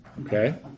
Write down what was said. Okay